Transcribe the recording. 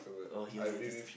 oh he this ah